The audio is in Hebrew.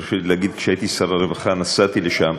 שתרשה לי להגיד: כשהייתי שר הרווחה נסעתי לשם.